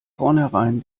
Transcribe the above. vornherein